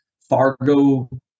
Fargo